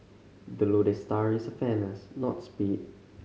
the lodestar is fairness not speed